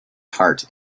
heart